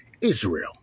Israel